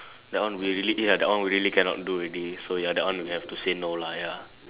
that one we really ya that one we really cannot do already so ya that one we have to say no lah ya